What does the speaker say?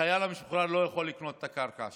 החייל המשוחרר לא יכול לקנות את הקרקע שלו.